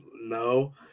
no